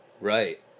Right